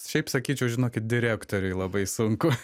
šiaip sakyčiau žinokit direktoriui labai sunku